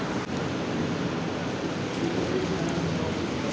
electronic bill भुगतान में mobile, computer से पईसा भेजल जाला